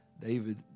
David